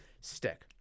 stick